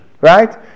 Right